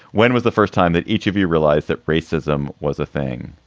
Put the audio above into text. when was the first time that each of you realized that racism was a thing?